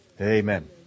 Amen